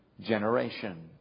generation